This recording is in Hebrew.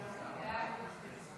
העבודה,